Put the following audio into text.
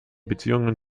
beziehungen